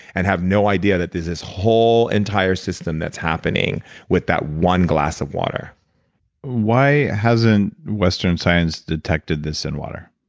and have no idea that this is whole entire system that's happening with that one glass of water why hasn't western science detected this in water?